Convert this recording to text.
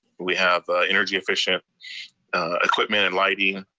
we have energy-efficient equipment and lighting.